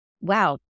wow